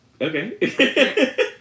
okay